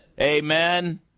Amen